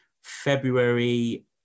February